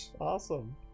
Awesome